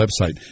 website